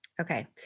Okay